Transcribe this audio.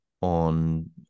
on